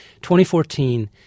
2014